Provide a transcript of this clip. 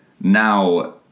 now